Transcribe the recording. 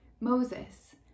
Moses